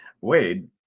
Wade